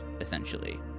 essentially